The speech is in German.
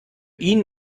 ihn